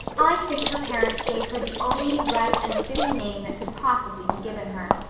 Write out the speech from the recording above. i think her parents gave her the only right and fitting name that could possibly be given her,